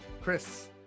chris